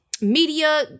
media